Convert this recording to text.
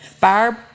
Barb